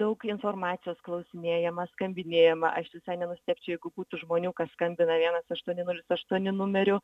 daug informacijos klausinėjama skambinėjama aš visai nenustebčiau jeigu būtų žmonių kas skambina vienas aštuoni nulis aštuoni numeriu